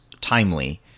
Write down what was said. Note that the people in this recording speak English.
timely